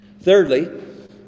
thirdly